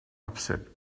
upset